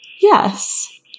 Yes